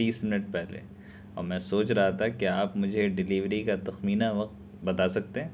تیس منٹ پہلے اور میں سوچ رہا تھا کہ آپ مجھے ڈلیوری کا تخمینہ وقت بتا سکتے ہیں